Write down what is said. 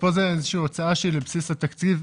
פה זה הוצאה של בסיס התקציב,